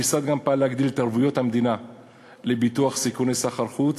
המשרד גם פעל להגדיל את ערבויות המדינה לביטוח סיכוני סחר-חוץ